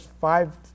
five